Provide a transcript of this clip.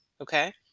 Okay